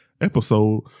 episode